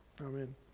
Amen